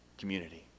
community